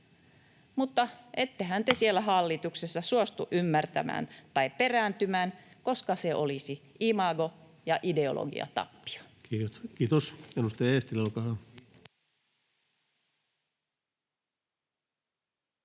koputtaa] siellä hallituksessa suostu ymmärtämään tai perääntymään, koska se olisi imago- ja ideologiatappio. [Speech